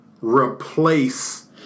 replace